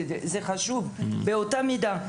זה חשוב באותה המידה.